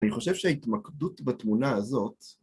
אני חושב שההתמקדות בתמונה הזאת